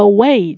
Away